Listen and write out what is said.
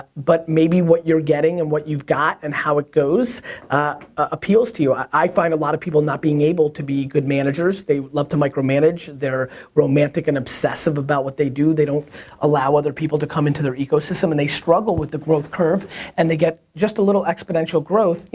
but maybe what you're getting and what you've got and how it goes appeals to you. i find a lot of people not being able to be good managers. they love to micro-manage, they're romantic and obsessive about what they do, they don't allow other people to come into their ecosystem, and they struggle with the growth curve and they get just as little exponential growth,